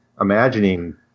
imagining